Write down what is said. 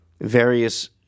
various